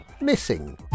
missing